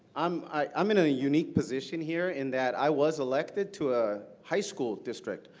um i'm in a unique position here in that i was elected to a high school district.